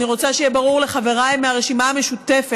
אני רוצה שיהיה ברור לחבריי מהרשימה המשותפת: